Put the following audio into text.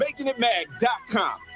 makingitmag.com